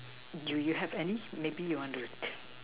do you have any maybe you want to